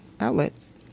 outlets